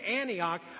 Antioch